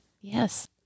yes